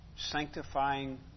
Sanctifying